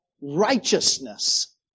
righteousness